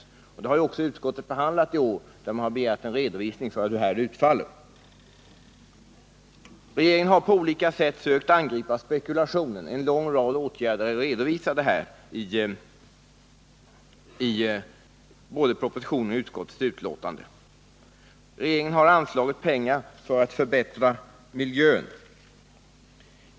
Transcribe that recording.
Utskottet har också behandlat detta i år och begärt en redovisning av utfallet. Regeringen har på olika sätt sökt angripa spekulationen. En lång rad åtgärder redovisas både i propositionen och i utskottsbetänkandet. Regeringen har vidare anslagit pengar för att förbättra miljön.